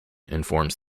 informs